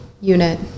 unit